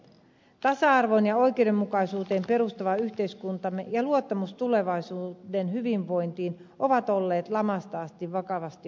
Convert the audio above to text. tasa arvoon ja oikeudenmukaisuuteen perustuva yhteiskuntamme ja luottamus tulevaisuuden hyvinvointiin ovat olleet lamasta asti vakavasti uhattuina